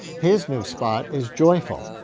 his new spot is joyful.